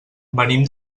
venim